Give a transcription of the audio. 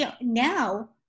now